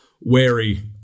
wary